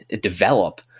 develop